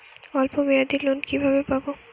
অল্প মেয়াদি লোন কিভাবে পাব?